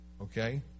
Okay